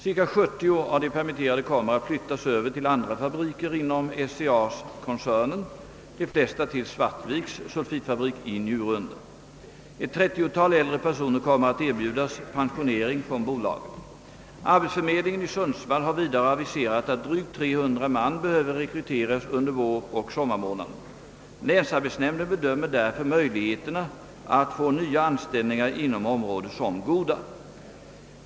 Cirka 70 av de permitterade kommer att flyttas över till andra fabriker inom SCA-koncernen — de flesta till Svartviks sulfitfabrik i Njurunda. Ett 30-tal äldre personer kommer att erbjudas pensionering från bolaget. Arbetsförmedlingen i Sundsvall har vidare aviserat att drygt 300 man behöver rekryteras under våroch sommarmånaderna. Länsarbetsnämnden bedömer därför möjligheterna att få nya anställningar inom området såsom goda.